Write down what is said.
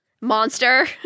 Monster